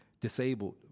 disabled